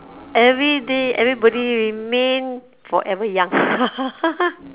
everyday everybody remain forever young